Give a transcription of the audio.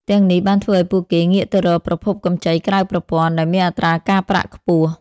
ទាំងនេះបានធ្វើឱ្យពួកគេងាកទៅរកប្រភពកម្ចីក្រៅប្រព័ន្ធដែលមានអត្រាការប្រាក់ខ្ពស់ ។